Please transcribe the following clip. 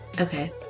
Okay